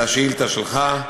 בקשר לשאילתה שלך,